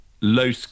low